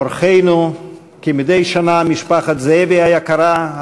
אורחינו כמדי שנה משפחת זאבי היקרה,